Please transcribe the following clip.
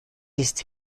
ist